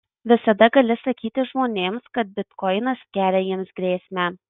visada gali sakyti žmonėms kad bitkoinas kelia jiems grėsmę